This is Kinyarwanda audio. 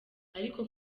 ariko